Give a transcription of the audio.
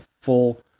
full